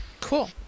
Cool